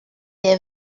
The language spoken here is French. les